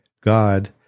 God